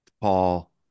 Paul